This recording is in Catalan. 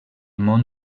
món